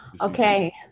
okay